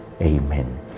Amen